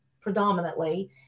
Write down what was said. predominantly